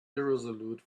irresolute